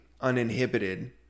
uninhibited